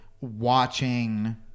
watching